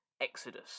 Exodus